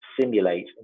simulate